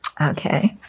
okay